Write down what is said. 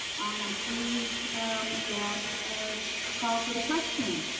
i am pleased that call for the question.